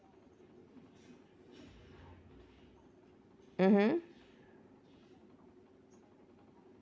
mmhmm